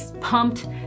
pumped